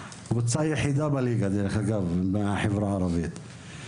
קבוצה יחידה בליגה מהחברה הערבית.